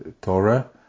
Torah